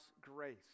grace